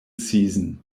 season